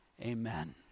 Amen